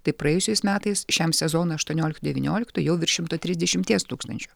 tai praėjusiais metais šiam sezonui aštuonioliktų devynioliktų jau virš šimto trisdešimties tūkstančių